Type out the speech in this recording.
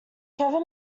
kevin